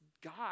God